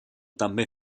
també